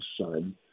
son